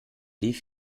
wie